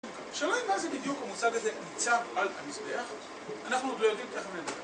השאלה, מה זה בדיוק המוצג הזה? ניצב על המזבח? אנחנו עוד לא יודעים, תכף נדע